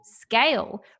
scale